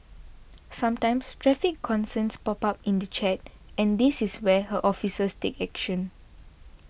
sometimes traffic concerns pop up in the chat and this is where her officers take action